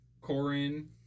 Corin